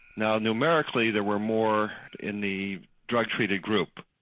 now numerically there were more in the drug-treated group,